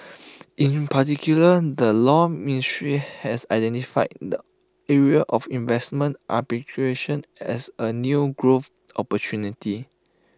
in particular the law ministry has identified the area of investment arbitration as A new growth opportunity